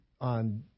on